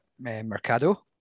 mercado